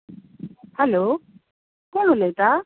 hello कोण उलयता